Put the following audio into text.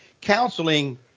Counseling